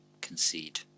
concede